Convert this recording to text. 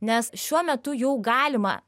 nes šiuo metu jau galima